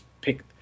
pick